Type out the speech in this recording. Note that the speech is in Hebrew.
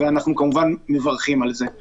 אנחנו מברכים על זה, כמובן.